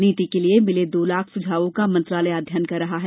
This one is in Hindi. नीति के लिए मिले दो लाख सुझावों का मंत्रालय अध्ययन कर रहा है